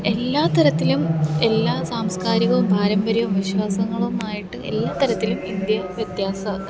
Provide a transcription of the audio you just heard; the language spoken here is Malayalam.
എല്ലാ തരത്തിലും എല്ലാ സാംസ്കാരികവും പാരമ്പര്യവും വിശ്വാസങ്ങളുമായിട്ട് എല്ലാ തരത്തിലും ഇന്ത്യ വ്യത്യാസം